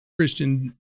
Christian